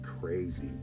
crazy